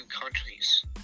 countries